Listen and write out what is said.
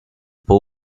può